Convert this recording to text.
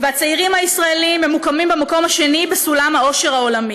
והצעירים הישראלים ממוקמים במקום השני בסולם האושר העולמי.